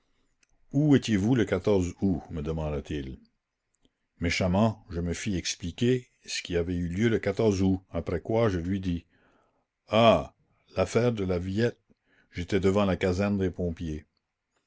où étiez-vous le août me demanda-t-il méchamment je me fis expliquer ce qui avait eu lieu le août après quoi je lui dis ah l'affaire de la villette j'étais devant la caserne des pompiers